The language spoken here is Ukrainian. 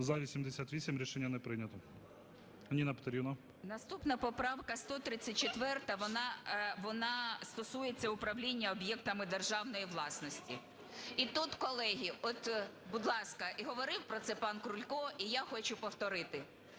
За-88 Рішення не прийнято. Ніна Петрівна. 13:34:47 ЮЖАНІНА Н.П. Наступна поправка 134, вона стосується управління об'єктами державної власності. І тут, колеги, будь ласка, і говорив про це пан Крулько і я хочу повторити.